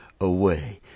away